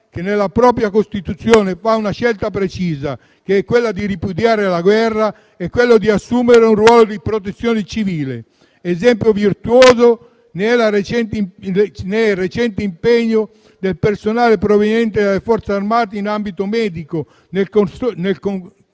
che nella propria Costituzione fa la scelta precisa di ripudiare la guerra, sia quello di protezione civile, esempio virtuoso nel recente impegno del personale proveniente dalle Forze armate in ambito medico nel corso